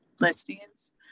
listings